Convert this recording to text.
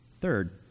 Third